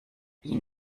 ihn